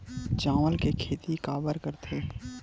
चावल के खेती काबर करथे?